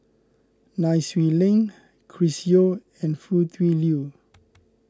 Nai Swee Leng Chris Yeo and Foo Tui Liew